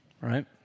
Right